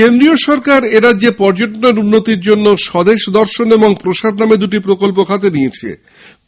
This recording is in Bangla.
কেন্দ্রীয় সরকার রাজ্য পর্যটনের উন্নতিতে স্বদেশ দর্শন ও প্রসাদ নামে দুটি প্রকল্প হাতে নিয়েছে